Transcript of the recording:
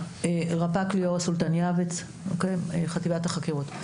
רפ"ק ליאורה סולטן-יעבץ, חטיבת החקירות.